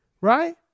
right